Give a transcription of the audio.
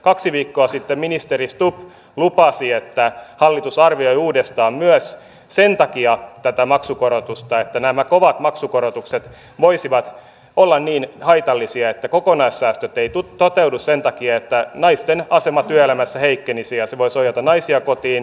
kaksi viikkoa sitten ministeri stubb lupasi että hallitus arvioi uudestaan myös sen takia tätä maksukorotusta että nämä kovat maksukorotukset voisivat olla niin haitallisia että kokonaissäästöt eivät toteudu sen takia että naisten asema työelämässä heikkenisi ja se voisi ohjata naisia kotiin